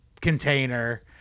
container